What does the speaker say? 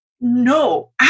No